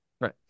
right